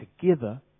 together